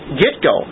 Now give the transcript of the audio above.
get-go